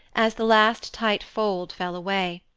as the last tight fold fell away.